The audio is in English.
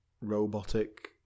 robotic